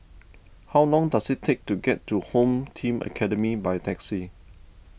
how long does it take to get to Home Team Academy by taxi